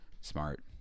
Smart